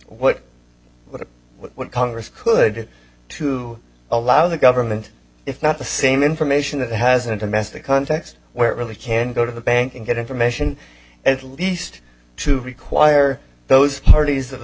what what congress could to allow the government if not the same information that hasn't domestic context where it really can go to the bank and get information at least to require those parties of the